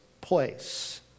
place